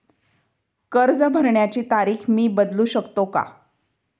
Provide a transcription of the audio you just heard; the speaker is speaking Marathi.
कर्ज भरण्याची तारीख मी बदलू शकतो का?